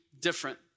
different